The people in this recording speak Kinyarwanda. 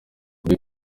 gaby